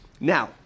Now